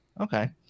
okay